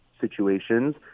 situations